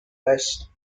best